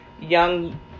young